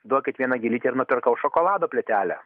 duokit vieną gėlytę ir nupirkau šokolado plytelę